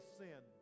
sin